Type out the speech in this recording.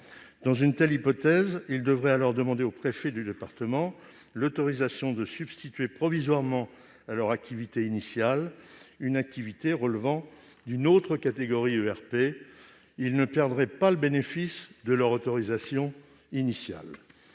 Dans une telle hypothèse, les gérants devraient demander au préfet de département l'autorisation de substituer provisoirement à leur activité initiale une activité relevant d'une autre catégorie d'ERP, sans perdre le bénéfice de leur autorisation initiale.